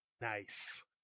nice